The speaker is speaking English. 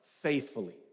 faithfully